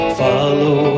follow